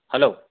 hello